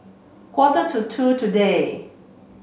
quarter to two today